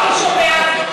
הינה, לא סתם הוא כועס.